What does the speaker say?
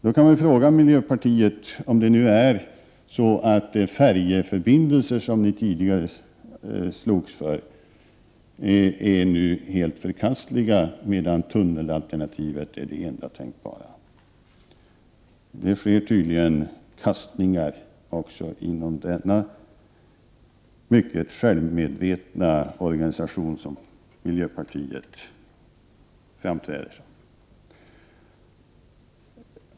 Jag kan väl fråga miljöpartiet om de färjeförbindelser som ni tidigare slogs för är helt förkastliga, medan tunnelalternativet nu är det enda tänkbara. Det sker tydligen omkastningar också inom den mycket självmedvetna organisation såsom vilken miljöpartiet framträder.